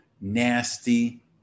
nasty